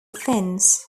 fins